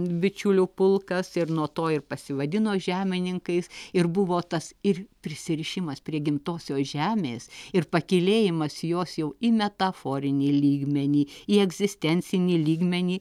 bičiulių pulkas ir nuo to ir pasivadino žemininkais ir buvo tas ir prisirišimas prie gimtosios žemės ir pakylėjimas jos jau į metaforinį lygmenį į egzistencinį lygmenį